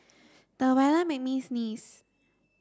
the weather made me sneeze